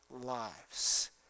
lives